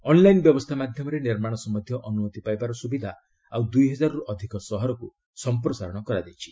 online ବ୍ୟବସ୍ଥା ମାଧ୍ୟମରେ ନିର୍ମାଣ ସମ୍ପନ୍ଧୀୟ ଅନୁମତି ପାଇବାର ସୁବିଧା ଆଉ ଦୁଇ ହଜାରରୁ ଅଧିକ ସହରକୁ ସମ୍ପ୍ରସାରଣ କରାଯାଇଛି